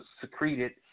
Secreted